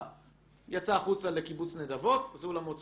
יצא החוצה לקיבוץ נדבות זה אולמות ספורט.